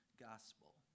gospel